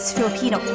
Filipino